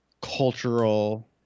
cultural